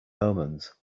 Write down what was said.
omens